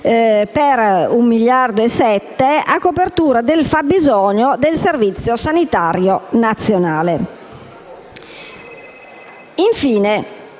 per 1,7 miliardi a copertura del fabbisogno del Servizio sanitario nazionale.